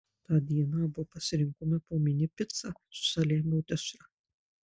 tą dieną abu pasirinkome po mini picą su saliamio dešra